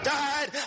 died